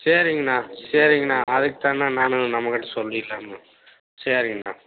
சரிங்கண்ணா சரிங்கண்ணா அதற்குத்தாண்ணா நானும் நம்மக்கிட்ட சொல்லிவிட்டேண்ணா சரிங்கண்ணா